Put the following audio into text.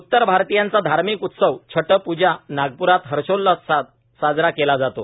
उत्तर भारतीयांचा धार्मिक उत्सव छठ पूजा नागप्रात हर्षोल्हासात साजरा केला जातो